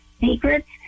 Secrets